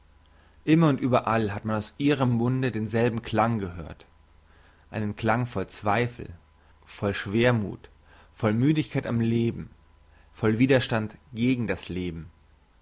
immer und überall hat man aus ihrem munde denselben klang gehört einen klang voll zweifel voll schwermuth voll müdigkeit am leben voll widerstand gegen das leben